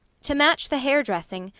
to match the hair dressing,